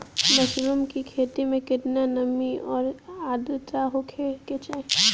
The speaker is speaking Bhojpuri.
मशरूम की खेती में केतना नमी और आद्रता होखे के चाही?